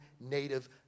native